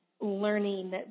learning